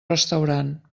restaurant